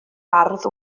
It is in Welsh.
ardd